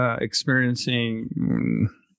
experiencing